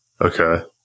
Okay